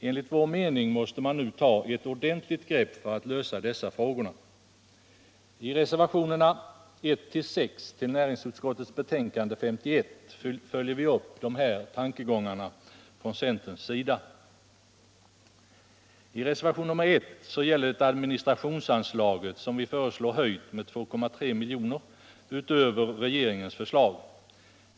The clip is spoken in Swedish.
Enligt vår mening måste man nu ta ett ordentligt grepp för att lösa dessa frågor. I reservationerna 1-6 till näringsutskottets betänkande nr 51 följer vi upp de här tankegångarna från centerns sida. Reservationen 1 gäller administrationsanslaget, som vi föreslår höjt med 2,3 milj.kr. utöver regeringens förslag.